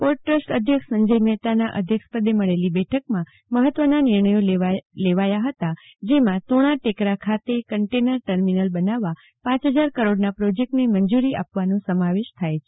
port trust અધ્યક્ષ સંજય મહેતાના અધ્યક્ષપદે મળેલી બેઠકમાં મહત્વના નિર્ણયો લેવામાં આવ્યા એમાં તુણા ટેકરા ખાતે કન્ટેનર ટર્મિનલ બનાવવા પ હજાર કરોડના પ્રોજેક્ટ ને મંજુરી આપવાનો સમાવેશ થાય છે